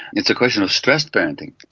it's a question of stressed parenting.